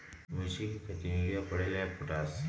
मिर्ची के खेती में यूरिया परेला या पोटाश?